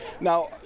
Now